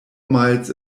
miles